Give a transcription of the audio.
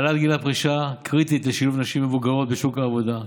העלאת גיל הפרישה קריטית לשילוב נשים מבוגרות בשוק העבודה,